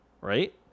right